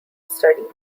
study